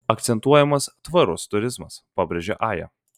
akcentuojamas tvarus turizmas pabrėžia aja